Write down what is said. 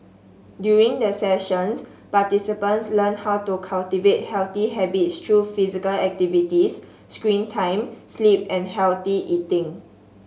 during the sessions participants learn how to cultivate healthy habits through physical activities screen time sleep and healthy eating